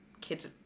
kids